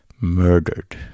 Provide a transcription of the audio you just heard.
murdered